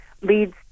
leads